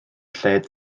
lled